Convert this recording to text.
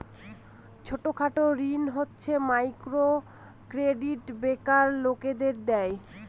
ছোট খাটো ঋণ হচ্ছে মাইক্রো ক্রেডিট বেকার লোকদের দেয়